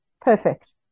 Perfect